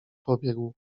pobiegł